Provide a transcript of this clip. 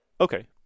Okay